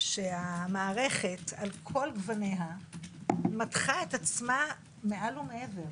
שהמערכת על כל גווניה מתחה את עצמה מעל ומעבר,